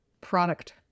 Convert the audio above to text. product